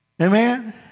amen